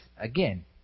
again